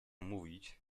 mówić